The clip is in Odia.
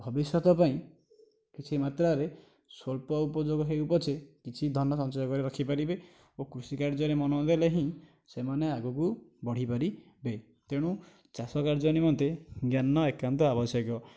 ଭବିଷ୍ୟତ ପାଇଁ କିଛି ମାତ୍ରାରେ ସ୍ୱଳ୍ପ ଉପଯୋଗ ହେଉ ପଛେ କିଛି ଧନ ସଞ୍ଚୟ କରି ରଖି ପାରିବେ ଓ କୃଷି କାର୍ଯ୍ୟରେ ମନ ଦେଲେ ହିଁ ସେମାନେ ଆଗକୁ ବଢ଼ିପାରିବେ ତେଣୁ ଚାଷ କାର୍ଯ୍ୟ ନିମନ୍ତେ ଜ୍ଞାନ ଏକାନ୍ତ ଆବଶ୍ୟକ